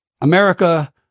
America